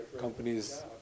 companies